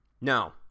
No